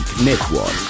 network